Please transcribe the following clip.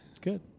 Good